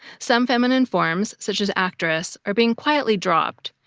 some feminine forms, such as actress, are being quietly dropped,